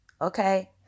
Okay